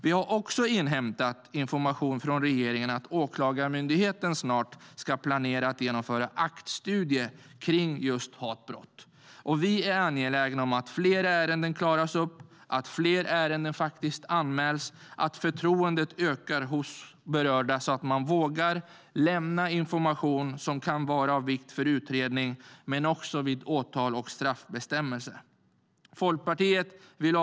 Vi har också inhämtat information från regeringen att Åklagarmyndigheten snart planerar att genomföra en aktstudie om hatbrott. Vi är angelägna om att fler ärenden klaras upp, att fler ärenden faktiskt anmäls samt att förtroendet ökar hos berörda så att man vågar lämna information som kan vara av vikt för utredning, men också vid åtal och straffbestämmelse. Herr ålderspresident!